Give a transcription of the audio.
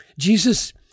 Jesus